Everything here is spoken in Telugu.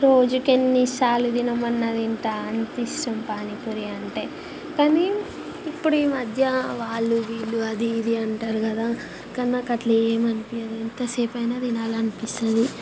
రోజుకెన్నిసార్లు తినమన్నా తింటాను అంతిష్టం పానీపూరి అంటే కాని ఇప్పుడు ఈ మధ్య వాళ్ళు వీళ్ళు అది ఇది అంటారు కదా కానీ నాకట్లా ఏమి అనిపియదు ఎంతసేపయినా తినాలనిపిస్తుంది